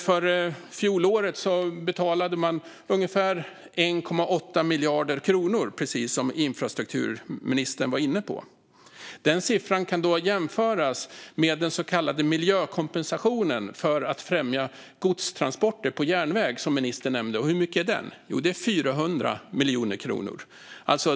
För fjolåret betalade man ungefär 1,8 miljarder kronor, precis som infrastrukturministern var inne på. Den siffran kan jämföras med den så kallade miljökompensationen för att främja godstransporter på järnväg, som ministern nämnde. Hur mycket är då det? Jo, det är 400 miljoner kronor.